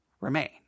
remain